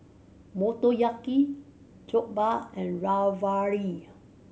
Motoyaki Jokbal and Ravioli